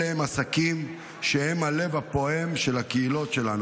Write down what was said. אלה עסקים שהם הלב הפועם של הקהילות שלנו,